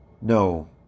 No